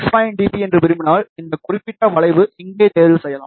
5 dB என்று விரும்பினால் இந்த குறிப்பிட்ட வளைவை இங்கே தேர்வு செய்யலாம்